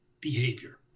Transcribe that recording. behavior